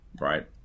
right